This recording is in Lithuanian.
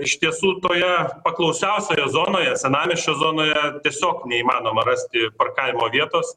iš tiesų toje paklausiausioje zonoje senamiesčio zonoje tiesiog neįmanoma rasti parkavimo vietos